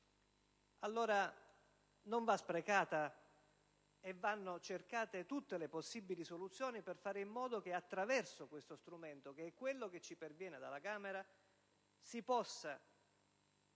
piuttosto - e che vadano cercate tutte le possibili soluzioni per far in modo che attraverso questo strumento, che è quello che ci perviene dalla Camera, si possa creare